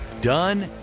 done